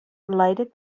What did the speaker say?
lighted